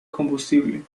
combustible